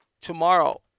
tomorrow